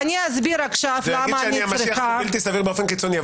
להגיד שאני המשיח זה בלתי סביר באופן קיצוני.